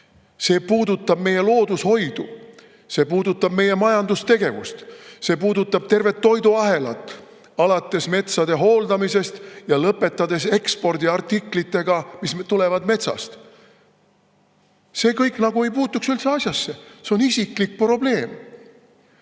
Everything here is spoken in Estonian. See puudutab meie loodushoidu. See puudutab meie majandustegevust. See puudutab tervet toiduahelat, alates metsade hooldamisest ja lõpetades ekspordiartiklitega, mis tulevad metsast. See kõik nagu ei puutuks üldse asjasse, see on isiklik probleem. Tuleme